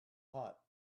hot